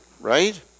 right